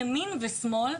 ימין ושמאל,